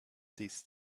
this